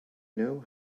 know